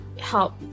help